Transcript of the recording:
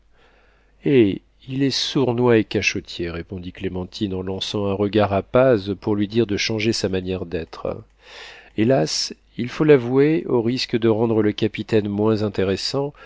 eh il est sournois et cachottier répondit clémentine en lançant un regard à paz pour lui dire de changer sa manière d'être hélas il faut l'avouer au risque de rendre le capitaine moins intéressant